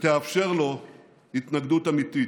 שתאפשר לו התנגדות אמיתית.